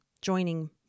joining